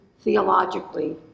theologically